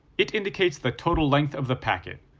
it indicates the total length of the packet,